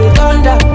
Thunder